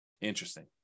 Interesting